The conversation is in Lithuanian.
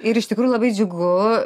ir iš tikrųjų labai džiugu